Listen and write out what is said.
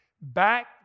back